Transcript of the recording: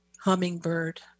Hummingbird